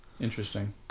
Interesting